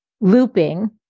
looping